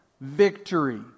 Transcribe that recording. victory